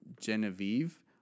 Genevieve